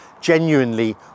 genuinely